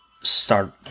start